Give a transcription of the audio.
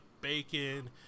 bacon